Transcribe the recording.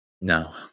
No